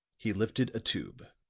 he lifted a tube.